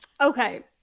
Okay